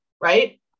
right